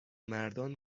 مردان